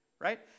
Right